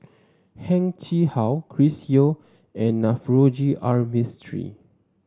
Heng Chee How Chris Yeo and Navroji R Mistri